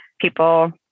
people